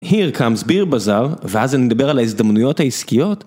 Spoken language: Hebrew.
Here comes Beer Bazaar, ואז אני מדבר על ההזדמנויות העסקיות...